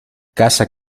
casa